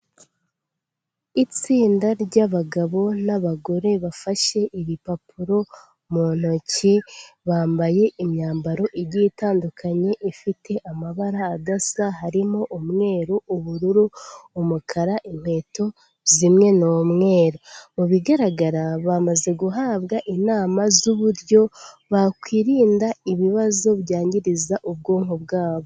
Itsinda ry'abagabo n'abagore bafashe ibipapuro mu ntoki, bambaye imyambaro igiye itandukanye, ifite amabara adasa, harimo umweru, ubururu, umukara, inkweto zimwe ni umweru. Mu bigaragara, bamaze guhabwa inama z'uburyo bakwirinda ibibazo byangiriza ubwonko bwabo.